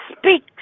speak